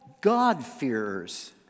God-fearers